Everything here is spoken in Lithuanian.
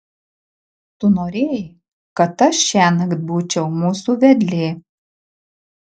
tu norėjai kad aš šiąnakt būčiau mūsų vedlė